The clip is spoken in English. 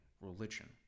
religion